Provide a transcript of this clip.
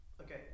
okay